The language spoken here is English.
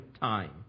time